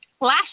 Last